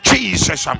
Jesus